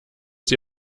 sie